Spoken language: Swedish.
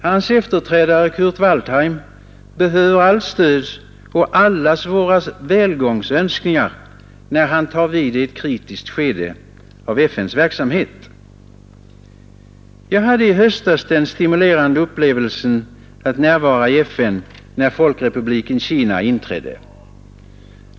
Hans efterträdare Kurt Waldheim behöver allt stöd och allas våra välgångsönskningar när han tar vid i ett kritiskt skede av FN:s verksamhet. Jag hade i höstas den stimulerande upplevelsen att närvara i FN när Folkrepubliken Kina inträdde där.